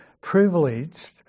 privileged